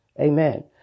amen